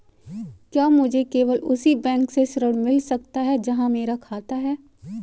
क्या मुझे केवल उसी बैंक से ऋण मिल सकता है जहां मेरा खाता है?